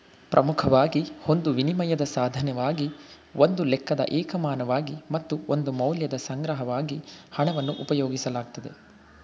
ಪ್ರಮುಖವಾಗಿ ಒಂದು ವಿನಿಮಯದ ಸಾಧನವಾಗಿ ಒಂದು ಲೆಕ್ಕದ ಏಕಮಾನವಾಗಿ ಮತ್ತು ಒಂದು ಮೌಲ್ಯದ ಸಂಗ್ರಹವಾಗಿ ಹಣವನ್ನು ಉಪಯೋಗಿಸಲಾಗುತ್ತೆ